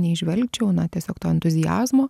neįžvelgčiau na tiesiog to entuziazmo